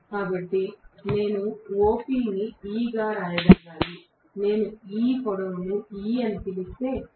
కాబట్టి నేను OP ని E గా వ్రాయగలగాలి నేను ఈ పొడవును E అని పిలిస్తే